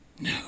No